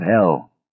hell